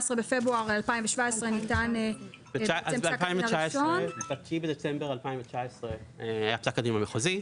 ב-14 לפברואר 2017. ב-09 בדצמבר 2019 היה פסק הדין המחוזי.